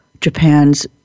Japan's